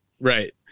right